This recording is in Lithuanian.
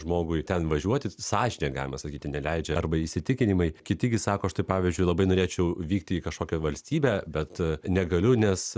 žmogui ten važiuoti sąžinė galima sakyti neleidžia arba įsitikinimai kiti gi sako štai pavyzdžiui labai norėčiau vykti į kažkokią valstybę bet negaliu nes